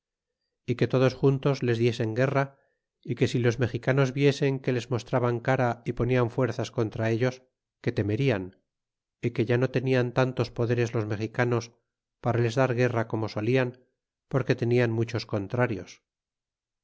y que todos juntos les diesen guerra é que si los mexicanos viesen que les mostraban cara y ponian fuerzas contra ellos que temerían é que ya no tenian tantos poderes los mexicanos para les dar guerra como solian porque tenian muchos contrarios